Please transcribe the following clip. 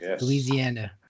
Louisiana